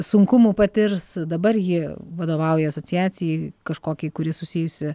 sunkumų patirs dabar ji vadovauja asociacijai kažkokiai kuri susijusi